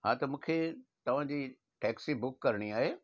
हा त मूंखे तव्हांजी टैक्सी बुक करिणी आहे